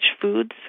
foods